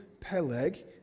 Peleg